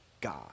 God